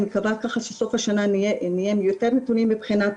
אני מקווה שבסוף השנה נהיה עם יותר נתונים מבחינת